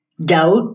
doubt